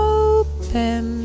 open